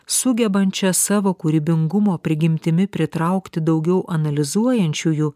sugebančią savo kūrybingumo prigimtimi pritraukti daugiau analizuojančiųjų